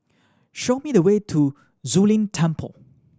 show me the way to Zu Lin Temple